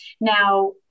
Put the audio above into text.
Now